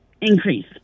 increase